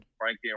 Frankie